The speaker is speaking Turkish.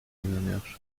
inanıyor